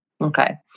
Okay